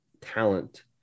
talent